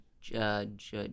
Judge